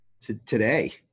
today